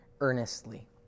earnestly